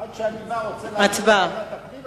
עד שאני רוצה להעביר לוועדת הפנים,